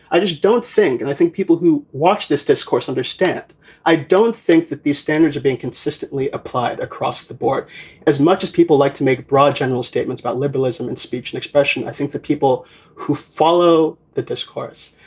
i just don't think and i think people who watch this discourse understand i don't think that these standards are being consistently applied across the board as much as people like to make a broad general statements about liberalism and speech and expression. i think that people who follow the discourse,